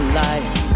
life